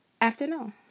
afternoon